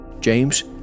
James